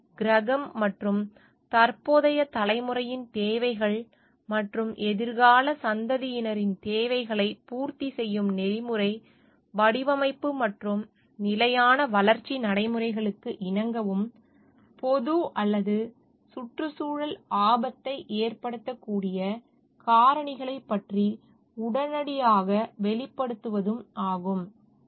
மக்கள் கிரகம் மற்றும் தற்போதைய தலைமுறையின் தேவைகள் மற்றும் எதிர்கால சந்ததியினரின் தேவைகளைப் பூர்த்தி செய்யும் நெறிமுறை வடிவமைப்பு மற்றும் நிலையான வளர்ச்சி நடைமுறைகளுக்கு இணங்கவும் பொது அல்லது சுற்றுச்சூழல் ஆபத்தை ஏற்படுத்தக்கூடிய காரணிகளைப் பற்றி உடனடியாக வெளிப்படுத்துவதும் ஆகும்